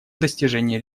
достижение